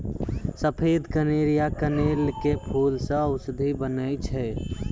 सफेद कनेर या कनेल के फूल सॅ औषधि बनै छै